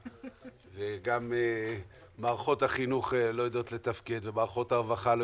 וגם מערכות החינוך לא יודעות לתפקד ומערכות הרווחה לא